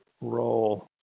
roll